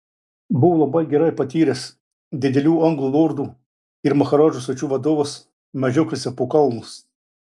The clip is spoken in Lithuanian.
buvo labai gerai patyręs didelių anglų lordų ir maharadžų svečių vadovas medžioklėse po kalnus